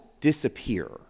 disappear